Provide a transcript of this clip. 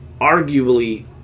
arguably